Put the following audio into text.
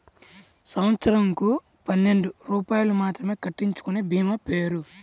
సంవత్సరంకు పన్నెండు రూపాయలు మాత్రమే కట్టించుకొనే భీమా పేరు?